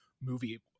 movie